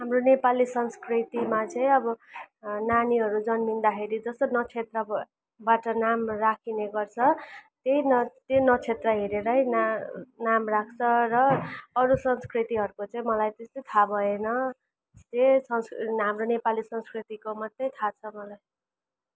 हाम्रो नेपाली संस्कृतिमा चाहिँ अब नानीहरू जन्मिँदाखेरि जस्तो नक्षत्रकोबाट नाम राखिने गर्छ त्यही न त्यही नक्षत्रले हेरेरै ना नाम राख्छ र अरू संस्कृतिहरूको चाहिँ मलाई त्यस्तो थाह भएन त्यस्तै ना हाम्रो नेपाली संस्कृतिको मात्रै थाह छ मलाई